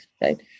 right